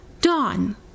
dawn